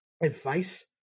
advice